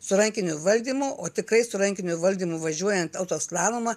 su rankiniu valdymu o tikrai su rankiniu valdymu važiuojant autoslalomą